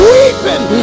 Weeping